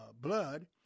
blood